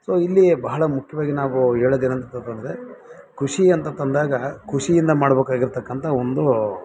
so ಇಲ್ಲಿ ಬಹಳ ಮುಖ್ಯವಾಗಿ ನಾವು ಹೇಳೋದೇನು ಅಂತಂತಂದರೆ ಕೃಷಿ ಅಂತಂತಂದಾಗ ಖುಷಿಯಿಂದ ಮಾಡಬೇಕಾಗಿರ್ತಕ್ಕಂಥ ಒಂದು